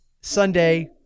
Sunday